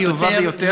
הטובה ביותר,